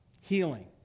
Healing